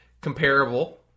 comparable